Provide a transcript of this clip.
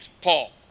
Paul